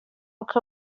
uko